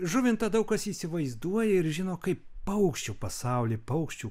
žuvintą daug kas įsivaizduoja ir žino kaip paukščių pasaulį paukščių